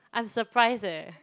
I'm surprised eh